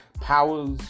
powers